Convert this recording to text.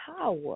power